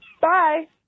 Bye